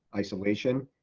isolation,